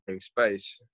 space